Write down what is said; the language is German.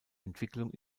entwicklung